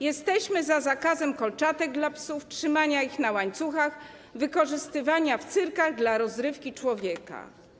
Jesteśmy za zakazem kolczatek dla psów, trzymania ich na łańcuchach, wykorzystywania zwierząt w cyrkach dla rozrywki człowieka.